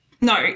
No